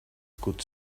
could